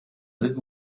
sind